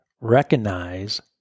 recognize